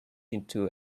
into